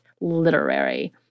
literary